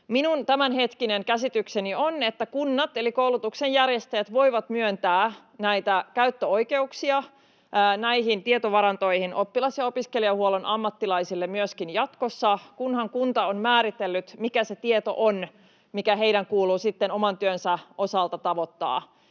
Minun tämänhetkinen käsitykseni on, että kunnat eli koulutuksen järjestäjät voivat myöntää käyttöoikeuksia näihin tietovarantoihin oppilas- ja opiskelijahuollon ammattilaisille myöskin jatkossa, kunhan kunta on määritellyt, mikä se tieto on, mikä heidän kuuluu sitten oman työnsä osalta tavoittaa.